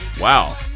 wow